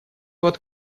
вот